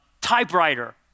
typewriter